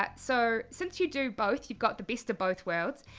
ah so since you do both, you've got the best of both worlds.